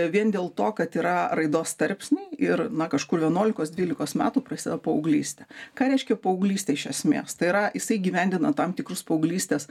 vien dėl to kad yra raidos tarpsniai ir na kažkur vienuolikos dvylikos metų prasideda paauglystė ką reiškia paauglystė iš esmės tai yra jisai įgyvendina tam tikrus paauglystės